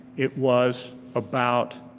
it was about